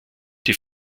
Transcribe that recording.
die